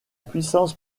puissance